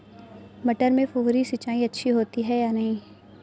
मटर में फुहरी सिंचाई अच्छी होती है या नहीं?